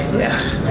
yes,